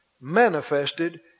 manifested